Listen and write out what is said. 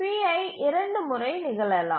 pi 2 முறை நிகழலாம்